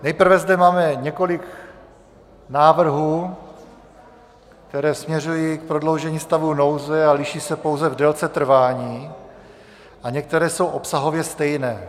Nejprve zde máme několik návrhů, které směřují k prodloužení stavu nouze a liší se pouze v délce trvání, a některé jsou obsahově stejné.